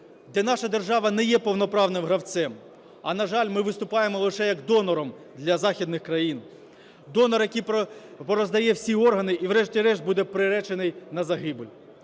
де наша держава не є повноправним гравцем, а, на жаль, ми виступаємо лише як донор для західних країн, донор, який пороздає всі органи і врешті-решт буде приречений на загибель.